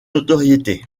notoriété